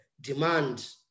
demand